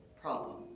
problem